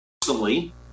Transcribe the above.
personally